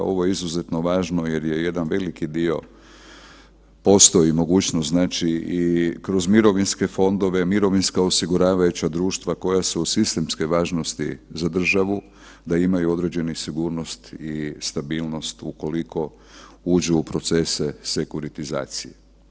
Ovo je izuzetno važno jer je jedan veliki dio postoji mogućnost i kroz mirovinske fondove, mirovinska osiguravajuća društva koja su od sistemske važnosti za državu za imaju određenu sigurnost i stabilnost ukoliko uđu u procese sekuritizacije.